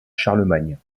charlemagne